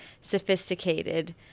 sophisticated